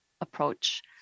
approach